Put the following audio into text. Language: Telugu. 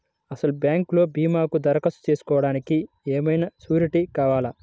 అసలు బ్యాంక్లో భీమాకు దరఖాస్తు చేసుకోవడానికి ఏమయినా సూరీటీ కావాలా?